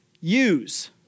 use